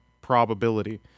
probability